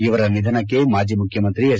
ಇವರ ನಿಧನಕ್ಕೆ ಮಾಜಿ ಮುಖ್ಯಮಂತ್ರಿ ಎಚ್